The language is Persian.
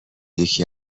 یکی